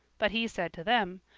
but he said to them,